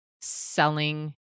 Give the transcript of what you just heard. selling